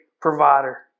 provider